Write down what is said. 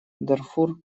дарфур